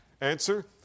Answer